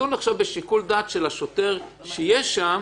עכשיו נתון לשיקול דעתו של השוטר שיהיה שם